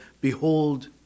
Behold